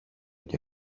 και